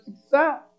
success